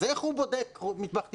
אז איך הוא בודק מטבח טיפולי?